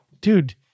dude